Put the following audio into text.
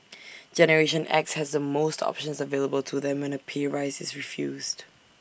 generation X has the most options available to them when A pay rise is refused